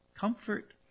Comfort